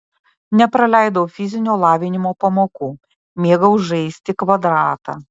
nepraleidau fizinio lavinimo pamokų mėgau žaisti kvadratą